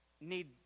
need